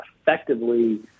effectively